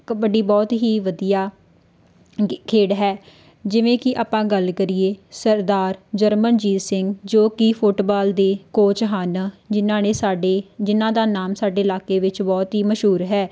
ਕਬੱਡੀ ਬਹੁਤ ਹੀ ਵਧੀਆ ਗੇ ਖੇਡ ਹੈ ਜਿਵੇਂ ਕਿ ਆਪਾਂ ਗੱਲ ਕਰੀਏ ਸਰਦਾਰ ਜਰਮਨਜੀਤ ਸਿੰਘ ਜੋ ਕਿ ਫੁੱਟਬਾਲ ਦੇ ਕੋਚ ਹਨ ਜਿਨ੍ਹਾਂ ਨੇ ਸਾਡੀ ਜਿਨ੍ਹਾਂ ਦਾ ਨਾਮ ਸਾਡੇ ਇਲਾਕੇ ਵਿੱਚ ਬਹੁਤ ਹੀ ਮਸ਼ਹੂਰ ਹੈ